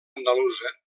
andalusa